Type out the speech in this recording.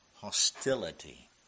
hostility